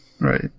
Right